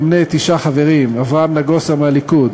תשעה חברים: הליכוד,